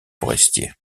forestiers